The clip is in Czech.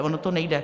Ono to nejde.